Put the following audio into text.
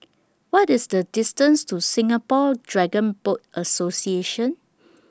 What IS The distance to Singapore Dragon Boat Association